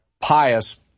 pious